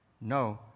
No